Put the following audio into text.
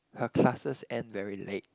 her classes end very late